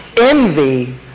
envy